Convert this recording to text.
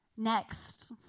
Next